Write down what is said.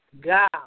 God